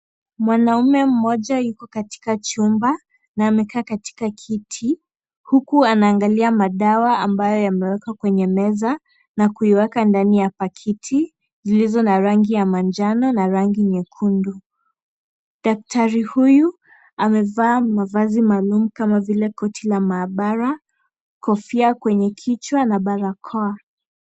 Mwanaume mmoja yuko katika chumba na amekaa katika kiti huku anaagalia madawa ambayo yamewekwa kwenye meza na kuiweka ndani ya pakiti zilizo na rangi ya manjano na rangi nyekundu. Daktari huyu amevaa mavazi maalum kama vile koti la maabara , kofia kwenye kichwa na barakoa.